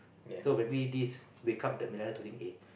so maybe this wake up the millennial to think eh